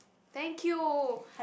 thank you